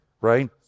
right